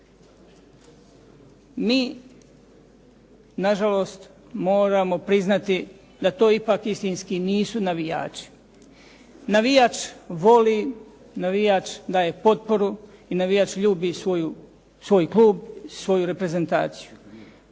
Mi nažalost moramo priznati da to ipak istinski nisu navijači. Navijač voli, navijač daje potporu i navijač ljubi svoj klub i svoju reprezentaciju.